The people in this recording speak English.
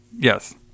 Yes